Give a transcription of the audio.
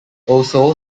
also